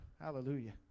Hallelujah